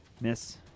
Miss